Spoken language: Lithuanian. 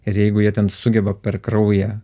ir jeigu jie ten sugeba per kraują